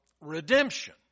redemption